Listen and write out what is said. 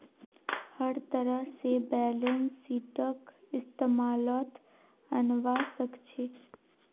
हर तरह से बैलेंस शीटक इस्तेमालत अनवा सक छी